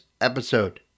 episode